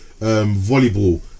volleyball